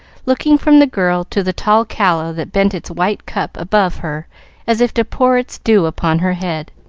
looking from the girl to the tall calla that bent its white cup above her as if to pour its dew upon her head.